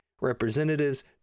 representatives